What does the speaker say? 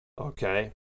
Okay